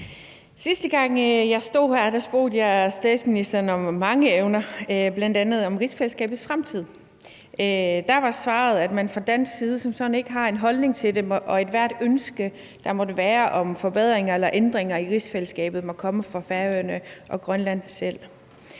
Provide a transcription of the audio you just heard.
Sidste gang jeg stod her, spurgte jeg statsministeren om mange emner, bl.a. om rigsfællesskabets fremtid. Der var svaret, at man fra dansk side som sådan ikke har en holdning til det, og at ethvert ønske, der måtte være, om forbedringer eller ændringer i rigsfællesskabet må komme fra Færøerne og Grønland selv.